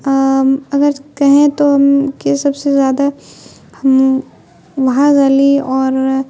اگر کہیں تو کہ سب سے زیادہ ہم وہاج علی اور